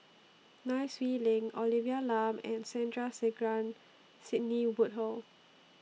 Nai Swee Leng Olivia Lum and Sandrasegaran Sidney Woodhull